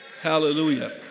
hallelujah